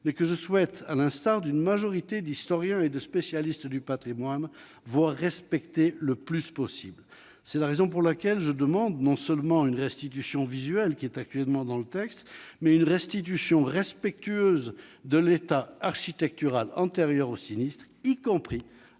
mais je souhaite, à l'instar d'une majorité d'historiens et de spécialistes du patrimoine, qu'elle soit respectée autant que possible. C'est la raison pour laquelle je demande, non seulement une « restitution visuelle », expression qui figure actuellement dans le texte, mais également une restitution respectueuse de l'état architectural antérieur au sinistre, y compris dans